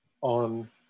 on